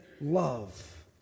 love